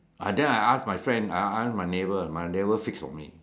I then I ask my friend I ask my neighbour my neighbour fix for me